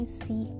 see